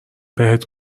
بهت